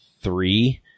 three